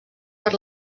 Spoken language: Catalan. per